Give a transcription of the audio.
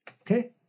Okay